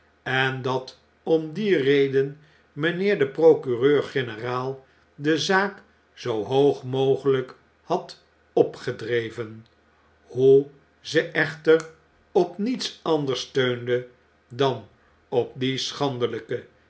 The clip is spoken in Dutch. en dat om die reden mijnheer de procureur-generaal de zaak zoo hoog mogeljjk had opgedreven hoe ze echter op niets anders steunde dan op die